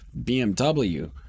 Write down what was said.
bmw